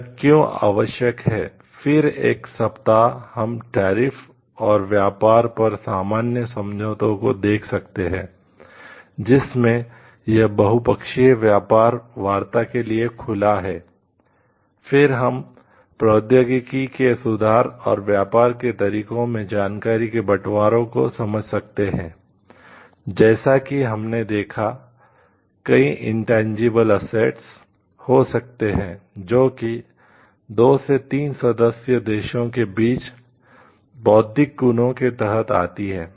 यह क्यों आवश्यक है फिर एक सप्ताह हम टैरिफ हो सकते हैं जो कि 2 3 सदस्य देशों के बीच बौद्धिक गुणों के तहत आती हैं